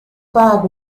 faak